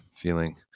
feeling